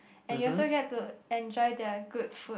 and you also get to enjoy their good food